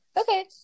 okay